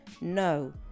No